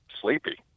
sleepy